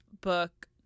book